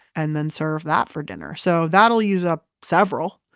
and then serve that for dinner. so that'll use up several.